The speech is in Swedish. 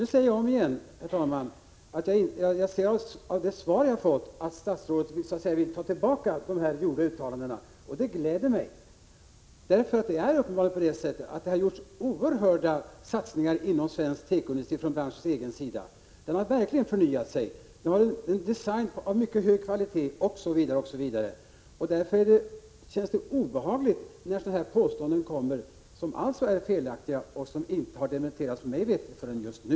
Nu säger jag om igen, herr talman, att jag i det svar som jag har fått ser att statsrådet så att säga vill ta tillbaka de gjorda uttalandena, och det gläder mig. Uppenbarligen är det på det sättet att det har gjorts oerhörda satsningar inom svensk tekoindustri från branschens egen sida. Den har verkligen förnyat sig. Man har en design av mycket hög kvalitet osv. Därför känns det obehagligt när sådana här felaktiga påståenden förs fram — påståenden som mig veterligen inte har dementerats förrän just nu.